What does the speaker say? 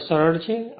આગળ સરળ છે